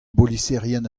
boliserien